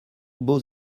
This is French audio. beaux